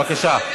בבקשה.